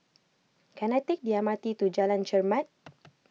can I take the M R T to Jalan Chermat